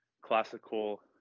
classical